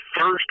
first